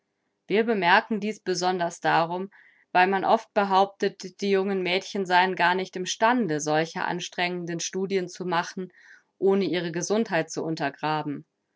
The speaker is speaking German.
wir bemerken dies besonders darum weil man oft behauptet die jungen mädchen seien gar nicht im stande solche anstrengende studien zu machen ohne ihre gesundheit zu untergraben